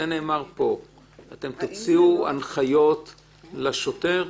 אתם תוציאו הנחיות לשוטר?